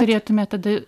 turėtume tada